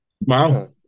wow